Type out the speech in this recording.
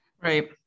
Right